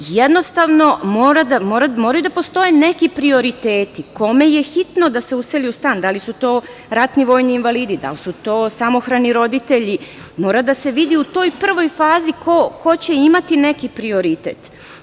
Jednostavno, moraju da postoje neki prioriteti, kome je hitno da se useli u stan, da li su to ratni vojni invalidi, da li su to samohrani roditelji, mora da se vidi u toj prvoj fazi ko će imati neki prioritet.